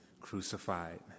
crucified